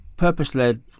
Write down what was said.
Purpose-led